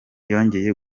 yongeye